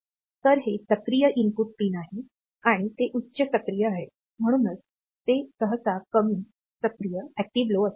तर हे सक्रिय इनपुट पिन आहे आणि ते उच्च सक्रिय आहे म्हणूनच ते सहसा कमी सक्रिय असतात